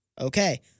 Okay